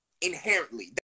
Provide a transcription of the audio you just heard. inherently